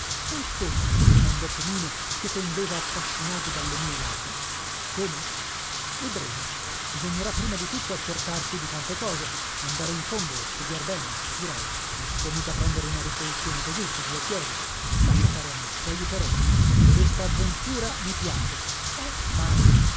e come mi domandò pomino che pendeva affascinato dalle mie labbra come vedremo bisognerà prima di tutto accertarsi di tante cose andare in fondo studiar bene capirai non si può mica prendere una risoluzione così su due piedi lascia fare a me tajuterò codesta avventura mi piace eh ma